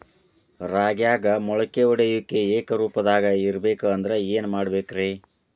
ರಾಗ್ಯಾಗ ಮೊಳಕೆ ಒಡೆಯುವಿಕೆ ಏಕರೂಪದಾಗ ಇರಬೇಕ ಅಂದ್ರ ಏನು ಮಾಡಬೇಕ್ರಿ?